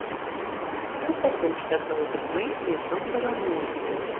uždarbio užtekdavo tik maistui ir kambario nuomai